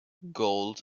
gold